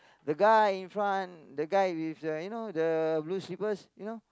the guy in front the guy with the you know the blue slippers you know